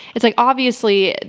it's like, obviously,